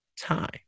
time